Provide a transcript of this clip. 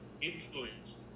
influenced